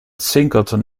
singleton